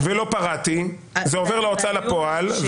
ולא פרעתי, זה עובר להוצאה לפועל.